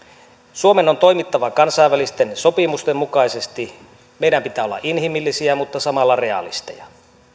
suomen on toimittava kansainvälisten sopimusten mukaisesti meidän pitää olla inhimillisiä mutta samalla realisteja